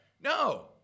no